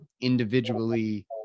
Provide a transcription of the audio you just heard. individually